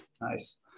Nice